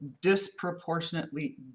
disproportionately